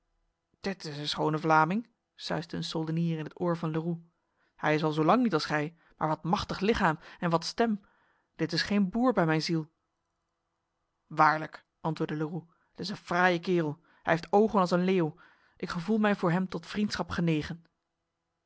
dit is een schone vlaming suisde een soldenier in het oor van leroux hij is wel zo lang niet als gij maar wat machtig lichaam en wat stem dit is geen boer bij mijn ziel waarlijk antwoordde leroux het is een fraaie kerel hij heeft ogen als een leeuw ik gevoel mij voor hem tot vriendschap genegen